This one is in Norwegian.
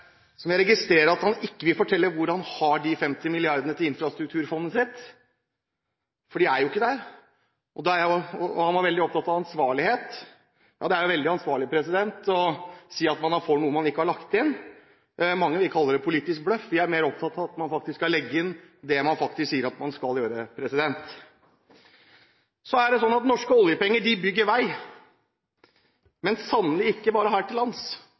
jeg registrerer ikke vil fortelle hvor han har de 50 mrd. kr til infrastrukturfondet sitt – for de er jo ikke der. Han var veldig opptatt av ansvarlighet – ja, det er jo veldig ansvarlig å si at man er for noe man ikke har lagt inn. Mange vil kalle det politisk bløff, jeg er mer opptatt av at man faktisk skal legge inn det man sier at man skal gjøre. Norske oljepenger bygger vei, men sannelig ikke bare her til lands.